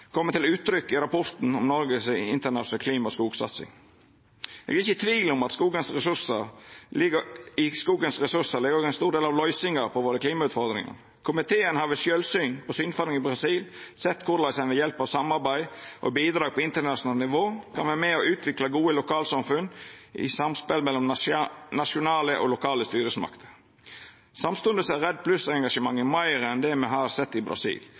til uttrykk i rapporten om den internasjonale klima- og skogsatsinga til Noreg. Eg er ikkje i tvil om at ein stor del av løysinga på klimautfordringane våre òg ligg i skogressursane. Komiteen har ved sjølvsyn, på synfaringa i Brasil, sett korleis ein ved hjelp av samarbeid og bidrag på internasjonalt nivå kan vera med og utvikla gode lokalsamfunn i samspel med nasjonale og lokale styresmakter. Samstundes er REDD+-engasjementet meir enn det me har sett i Brasil.